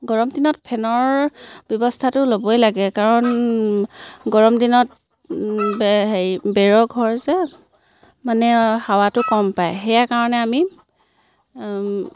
গৰম দিনত ফেনৰ ব্যৱস্থাটো ল'বই লাগে কাৰণ গৰম দিনত হেৰি বেৰৰ ঘৰ যে মানে হাৱাটো কম পায় সেয়া কাৰণে আমি